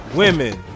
women